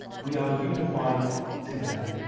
we are unified together.